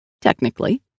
Technically